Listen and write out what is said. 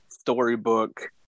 storybook